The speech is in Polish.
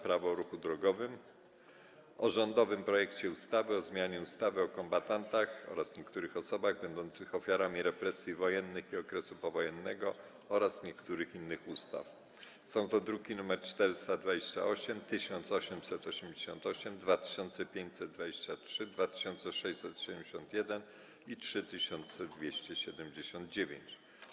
Prawo o ruchu drogowym, - o rządowym projekcie ustawy o zmianie ustawy o kombatantach oraz niektórych osobach będących ofiarami represji wojennych i okresu powojennego oraz niektórych innych ustaw (druki nr 428, 1888, 2523, 2671 i 3279)